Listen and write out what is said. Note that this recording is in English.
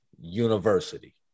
university